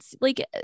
like-